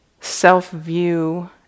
self-view